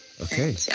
Okay